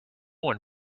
one